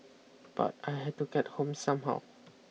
but I had to get home somehow